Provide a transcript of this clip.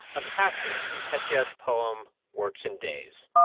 a passage from hesiod's poem works and days.